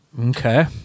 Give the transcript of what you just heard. Okay